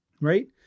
Right